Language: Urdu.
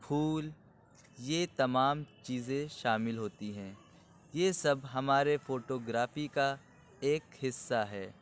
پھول یہ تمام چیزیں شامل ہوتی ہیں یہ سب ہمارے فوٹوگرافی کا ایک حصہ ہے